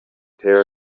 taylor